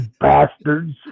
bastards